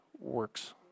works